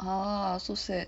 !huh! so sad